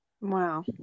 Wow